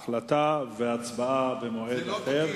החלטה והצבעה במועד אחר.